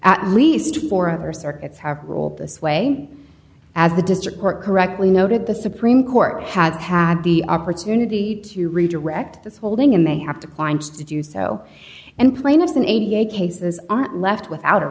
at least four other circuits have ruled this way as the district court correctly noted the supreme court had had the opportunity to redirect this holding and they have to clients to do so and plaintiffs in eighty eight cases are not left without a